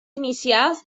inicials